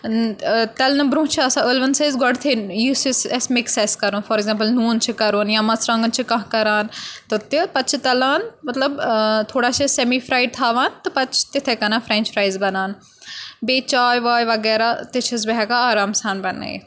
تَلنہٕ برونٛہہ چھِ آسان ٲلوَن سۭتۍ گۄڈتھٕے یُس أسۍ اَسہِ مِکٕس آسہِ کَرُن فار ایٚکزامپٕل نوٗن چھِ کَرُن یا مَژرانٛگَن چھِ کانٛہہ کَران تہٕ تہِ پَتہٕ چھِ تَلان مطلب تھوڑا چھِ أسۍ سٮ۪می فرٛایڈ تھاوان تہٕ پَتہٕ چھِ تِتھَے کَنان فرٛٮ۪نٛچ فرٛایِز بَنان بیٚیہِ چاے واے وَغیرہ تہِ چھَس بہٕ ہٮ۪کان آرام سان بَنٲیِتھ